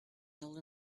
older